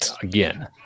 again